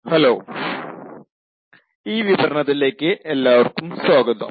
hello ഈ വിവരണത്തിലേക്ക് എല്ലാവർക്കും സ്വാഗതം